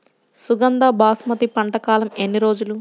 సుగంధ బాసుమతి పంట కాలం ఎన్ని రోజులు?